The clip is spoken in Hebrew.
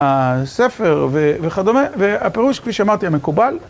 הספר וכדומה, והפירוש, כפי שאמרתי, המקובל.